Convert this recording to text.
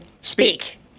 Speak